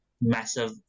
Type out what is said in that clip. massive